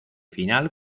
final